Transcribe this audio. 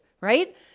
right